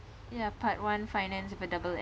ya part one finance with a double